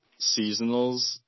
seasonals